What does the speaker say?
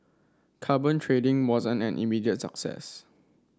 carbon trading wasn't an immediate success